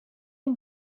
and